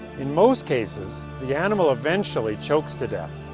in most cases, the animal eventually chokes to death.